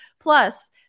plus